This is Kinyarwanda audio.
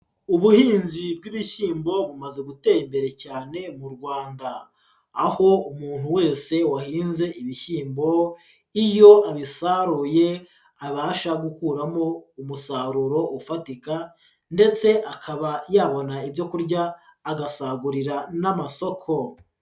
Ubuhinzi bw'ibishyimbo bumaze gutera imbere cyane mu Rwanda, aho umuntu wese wahinze ibishyimbo, iyo abisaruye abasha gukuramo umusaruro ufatika, ndetse akaba yabona ibyo kurya, agasagurira n'amasoko.